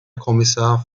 kommissar